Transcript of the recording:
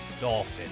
Dolphin